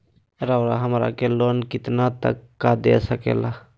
रउरा हमरा के लोन कितना तक का दे सकेला?